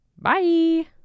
Bye